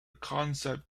concept